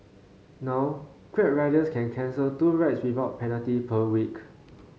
now Grab riders can cancel two rides without penalty per week